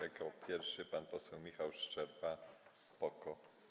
Jako pierwszy pan poseł Michał Szczerba, PO-KO.